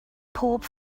pob